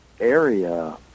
area